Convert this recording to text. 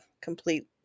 complete